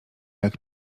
jak